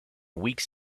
weeks